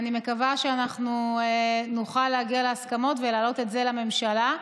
אני מקווה שנוכל להגיע להסכמות ולהעלות את זה לממשלה.